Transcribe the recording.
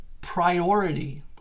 priority